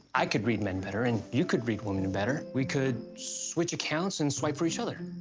i could read men better, and you could read women better. we could switch accounts and swipe for each other.